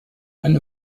einem